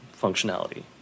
functionality